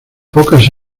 pocas